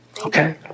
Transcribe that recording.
Okay